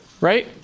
right